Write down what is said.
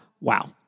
Wow